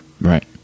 right